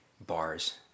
bars